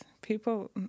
People